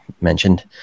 mentioned